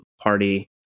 party